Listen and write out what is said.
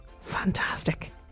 Fantastic